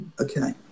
okay